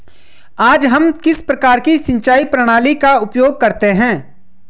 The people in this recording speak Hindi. आज हम किस प्रकार की सिंचाई प्रणाली का उपयोग करते हैं?